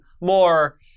more